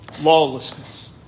lawlessness